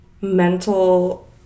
mental